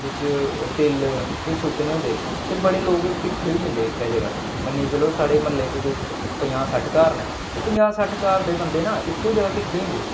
बिच्च तिल एह् सुट्टने होंदे ते बड़े लोक किट्ठे होई जंदे इक्कै जगह् मन्नियै चलो साढ़े म्हल्ले च कोई पंजाह् सट्ठ घर न ओह् पजांह् सट्ठ घर दे बंदे ना इक्को जगह किट्ठे होई जंदे